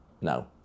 no